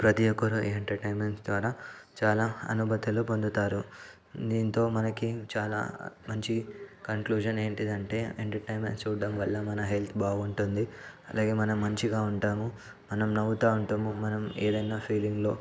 ప్రతీ ఒక్కరు ఎంటర్టైన్మెంట్స్ ద్వారా చాలా అనుమతులు పొందుతారు దీంతో మనకి చాలా మంచి కంక్లూషన్ ఏంటంటే ఎంటర్టైన్మెంట్స్ చూడటం వల్ల మన హెల్త్ బాగుంటుంది అలాగే మనం మంచిగా ఉంటాము మనం నవ్వుతూ ఉంటాము మనం ఏదైనా ఫీలింగ్లో